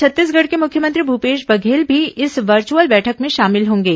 छत्तीसगढ़ के मुख्यमंत्री भूपेश बघेल भी इस वर्चुअल बैठक में शामिल होंगे